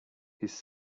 his